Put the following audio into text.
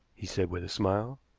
he said with a smile.